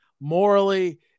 morally